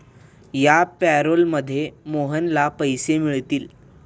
या पॅरोलमध्ये मोहनला पैसे मिळतील